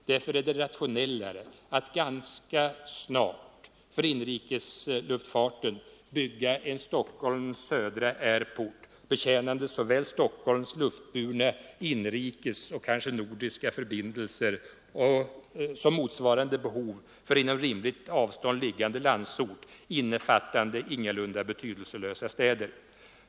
Därför är det rationellare att ganska snart för inrikesluftfarten bygga en ”Stockholms södra airport”, betjänande såväl Stockholms luftburna inrikes och kanske nordiska förbindelser som motsvarande behov för inom rimligt avstånd liggande landsort, innefattande ingalunda betydelselösa städer.